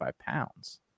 pounds